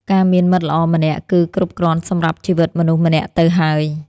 ការមានមិត្តល្អម្នាក់ គឺគ្រប់គ្រាន់សម្រាប់ជីវិតមនុស្សម្នាក់ទៅហើយ។